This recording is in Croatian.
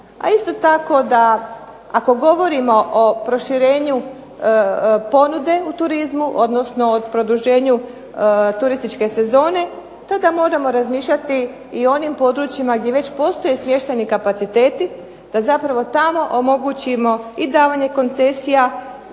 a isto tako da ako govorimo o proširenju ponude u turizmu, odnosno o produženju turističke sezone, tada moramo razmišljati i o onim područjima gdje već postoje smještajni kapaciteti da tamo omogućimo i davanje koncesija